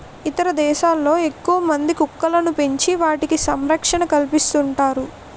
ఇతర దేశాల్లో ఎక్కువమంది కుక్కలను పెంచి వాటికి సంరక్షణ కల్పిస్తుంటారు